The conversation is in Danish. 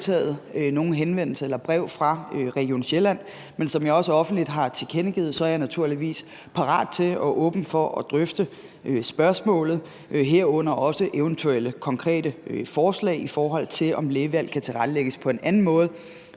eller noget brev fra Region Sjælland, men som jeg også offentligt har tilkendegivet, er jeg naturligvis parat til og åben for at drøfte spørgsmålet, herunder også eventuelle konkrete forslag, i forhold til om lægevalg kan tilrettelægges på en anden måde,